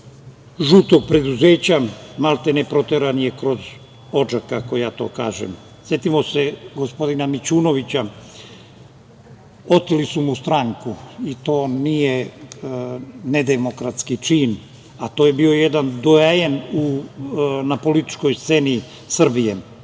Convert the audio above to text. žutog preduzeća, maltene proteran je kroz odžak, kako ja to kažem. Setimo se gospodina Mićunovića, oteli su mu stranku i to nije nedemokratski čin, a to je bio jedan doajen na političkoj sceni Srbije.